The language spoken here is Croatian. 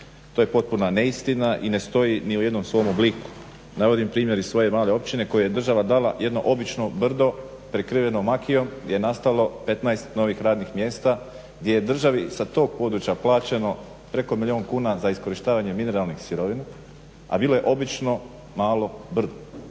To je potpuna neistina i ne stoji ni u jednom svom obliku. Navodim primjer iz svoje male općine kojoj je država dala jedno obično brdo prekriveno makijom gdje je nastalo 15 novih radnih mjesta, gdje je državi sa tog područja plaćeno preko milijun kuna za iskorištavanje mineralnih sirovina, a bilo je obično malo brdo.